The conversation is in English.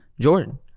Jordan